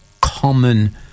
common